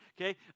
okay